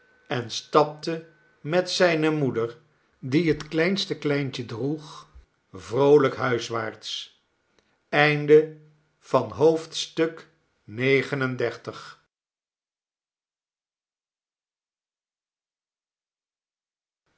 en stapte met zijne moeder die het kleinste kleintje droeg vroolijk huiswaarts